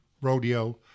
rodeo